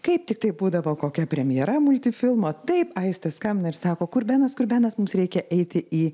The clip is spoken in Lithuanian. kaip tiktai būdavo kokia premjera multifilmo taip aistė skambina ir sako kur benas kur benas mums reikia eiti į